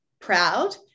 proud